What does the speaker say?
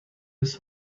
his